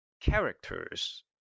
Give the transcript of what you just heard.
characters